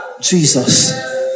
Jesus